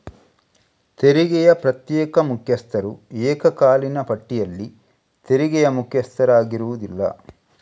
ತೆರಿಗೆಯ ಪ್ರತ್ಯೇಕ ಮುಖ್ಯಸ್ಥರು ಏಕಕಾಲೀನ ಪಟ್ಟಿಯಲ್ಲಿ ತೆರಿಗೆಯ ಮುಖ್ಯಸ್ಥರಾಗಿರುವುದಿಲ್ಲ